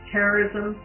Terrorism